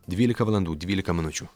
dvylika valandų dvylika minučių